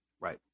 Right